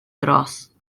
dros